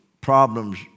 problems